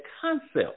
concept